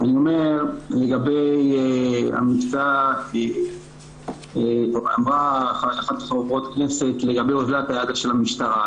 אני אומר לגבי המבצע אמרה אחת מחברות הכנסת לגבי אוזלת היד של המשטרה.